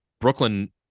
Brooklyn